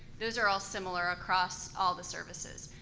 those are all similar across all the services.